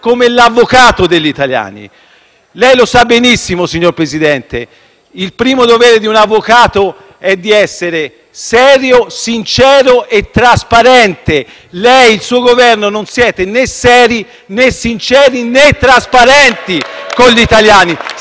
come l'avvocato degli italiani. Lei sa benissimo che il primo dovere di un avvocato è quello di essere serio, sincero e trasparente. Lei e il suo Governo non siete né seri, né sinceri, né trasparenti con gli italiani.